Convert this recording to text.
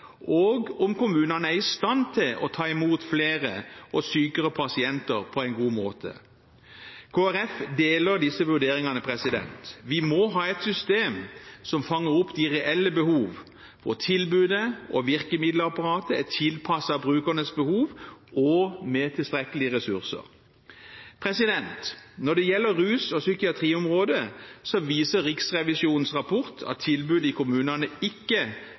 og om kommunene er i stand til å ta imot flere og sykere pasienter på en god måte. Kristelig Folkeparti deler disse vurderingene. Vi må ha et system som fanger opp de reelle behov, hvor tilbudet og virkemiddelapparatet er tilpasset brukernes behov og med tilstrekkelige ressurser. Når det gjelder rus- og psykiatriområdet, viser Riksrevisjonens rapport at tilbudet i kommunene ikke